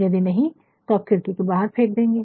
यदि नहीं है तो आप खिड़की के बहार फेंक देंगे